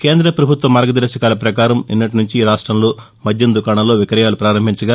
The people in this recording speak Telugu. కేంద్ర పభుత్వ మార్గదర్శకాల పకారం నిన్నటి నుంచి రాష్టంలో మద్యం దుకాణాల్లో విక్రయాలు ప్రారంభించగా